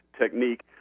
technique